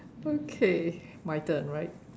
okay my turn right